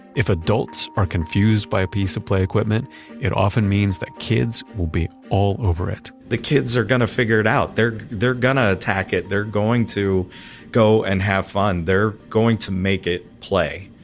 if adults are confused by a piece of play equipment it often means that kids will be all over it. the kids are gonna figure it out. they're they're going to attack it. they're going to go and have fun. they're going to make it play.